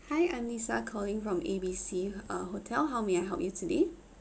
hi I'm lisa calling from A B C uh hotel how may I help you today